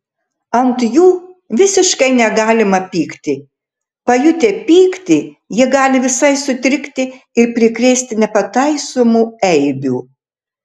ant jų visiškai negalima pykti pajutę pyktį jie gali visai sutrikti ir prikrėsti nepataisomų eibių